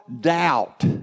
doubt